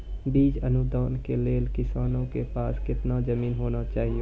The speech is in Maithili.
बीज अनुदान के लेल किसानों के पास केतना जमीन होना चहियों?